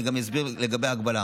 ואני גם אסביר לגבי ההגבלה,